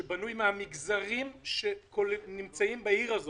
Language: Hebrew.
שבנוי מן המגזרים שנמצאים בעיר הזאת.